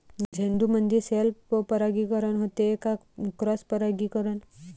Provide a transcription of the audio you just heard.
झेंडूमंदी सेल्फ परागीकरन होते का क्रॉस परागीकरन?